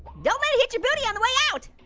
don't let it hit your booty on the way out.